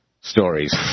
stories